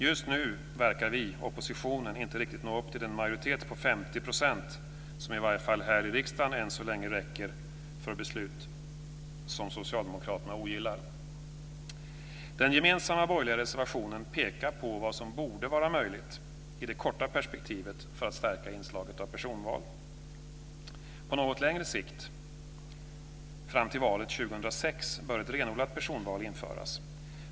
Just nu verkar vi i oppositionen inte riktigt nå upp till den majoritet på 50 % som i varje fall här i riksdagen än så länge räcker för beslut som socialdemokraterna ogillar. Den gemensamma borgerliga reservationen pekar på vad som borde vara möjligt i det korta perspektivet för att stärka inslaget av personval. På något längre sikt, fram till valet 2006, bör ett renodlat personval införas.